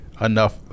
enough